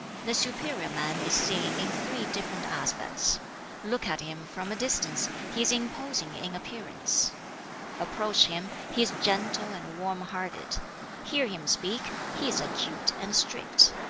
the superior man is seen in three different aspects look at him from a distance, he is imposing in appearance approach him, he is gentle and warm-hearted hear him speak, he is acute and strict.